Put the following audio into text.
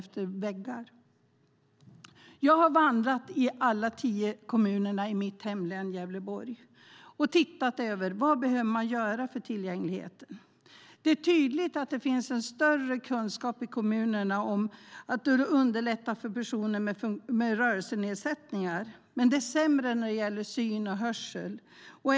Jag har vandrat i alla tio kommunerna i mitt hemlän Gävleborg och tittat över vad man behöver göra för tillgängligheten. Det är tydligt att det finns en stor kunskap i kommunerna om att underlätta för personer med rörelsenedsättningar. Det är sämre när det gäller syn och hörselnedsättningar.